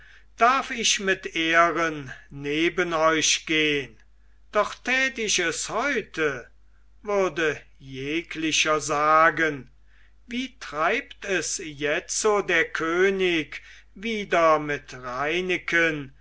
darf ich mit ehren neben euch gehn doch tät ich es heute würde jeglicher sagen wie treibt es jetzo der könig wieder mit reineken